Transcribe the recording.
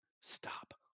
stop